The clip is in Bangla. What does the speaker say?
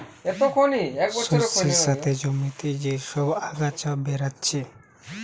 শস্যের সাথে জমিতে যে সব আগাছা বেরাচ্ছে